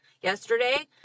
yesterday